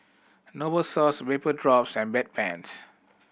Novosource Vapodrops and Bedpans